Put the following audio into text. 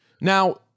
Now